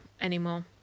anymore